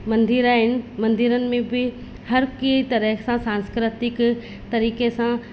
मंदिर आहिनि मंदिरनि में बि हर के तरह सां सांस्कृतिक तरीके़ सां